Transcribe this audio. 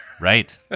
right